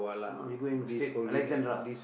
ah we go and state Alexandra